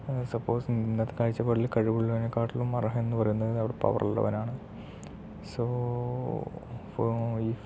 suppose ഇന്നത്തെ കാഴ്ചപ്പാടിൽ കഴിവുള്ളവനെക്കാളും അർഹനെന്ന് പറയുന്നത് അവിടെ പവർ ഉള്ളവനാണ് സോ